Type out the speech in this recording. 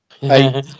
Hey